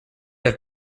have